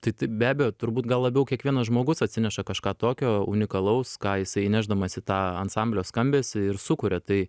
tai t be abejo turbūt gal labiau kiekvienas žmogus atsineša kažką tokio unikalaus ką jisai įnešdamas į tą ansamblio skambesį ir sukuria tai